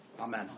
amen